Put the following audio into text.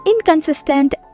inconsistent